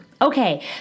Okay